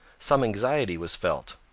some anxiety was felt.